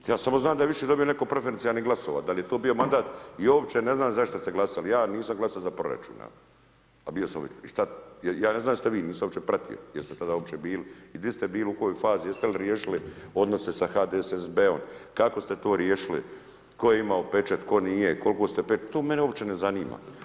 Ja samo znam da je više dobio netko preferencijalnih glasova, dal' je to bio mandat, ja uopće ne znam zašto ste glasali, ja nisam glasovao za proračun i šta, ja ne znam jeste vi, nisam uopće pratio jel' ste tada uopće bili i di ste bili u kojoj fazi, jeste li riješili odnose sa HDSSB-om, kako ste to riješili, koje imao pečat, tko nije, to mene uopće ne zanima.